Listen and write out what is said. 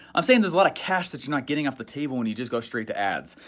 i'm saying there's a lot of cash that you're not getting off the table when you just go straight to ads.